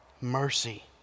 mercy